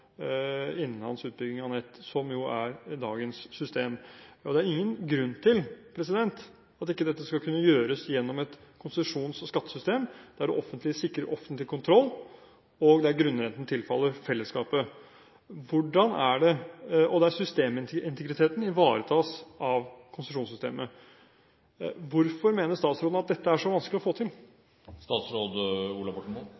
som jo er dagens system. Det er ingen grunn til at dette ikke skal kunne gjøres gjennom et konsesjons- og skattesystem, der det offentlige sikrer offentlig kontroll, der grunnrenten tilfaller fellesskapet, og der systemintegriteten ivaretas av konsesjonssystemet. Hvorfor mener statsråden at dette er så vanskelig å få